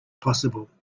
possible